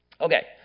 Okay